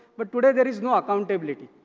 but today there is no accountability.